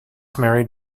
married